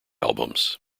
albums